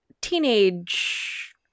teenage